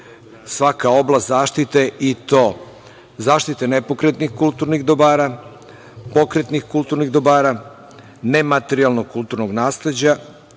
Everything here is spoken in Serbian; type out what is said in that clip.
svaka oblast zaštite i to zaštite nepokretnih kulturnih dobara, pokretnih kulturnih dobara, nematerijalnog kulturnog nasleđa